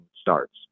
starts